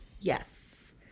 Yes